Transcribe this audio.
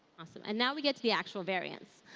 awesome. and now we get to the actual variants.